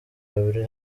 babiri